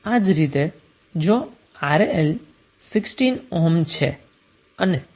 આ જ રીતે જો RL 16 ઓહ્મ છે અને તમને કરન્ટ IL કે જે 1